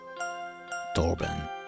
Torben